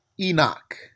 Enoch